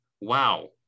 wow